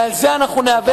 ועל זה אנחנו ניאבק,